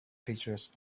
pictures